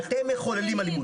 אתם לא יכולים לכבול דיון